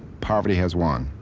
poverty has won.